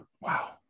Wow